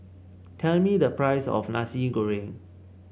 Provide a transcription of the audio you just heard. tell me the price of Nasi Goreng